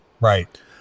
right